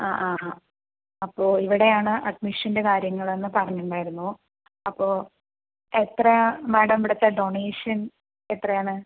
ആ ആ ആ അപ്പോൾ ഇവിടെയാണ് അഡ്മിഷൻ്റെ കാര്യങ്ങളെന്ന് പറഞ്ഞിട്ടുണ്ടായിരുന്നു അപ്പോൾ എത്രയാണ് മാഡം ഇവിടുത്തെ ഡൊണേഷൻ എത്രയാണ്